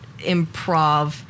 improv